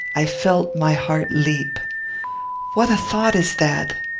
i felt my heart leap what a thought is that!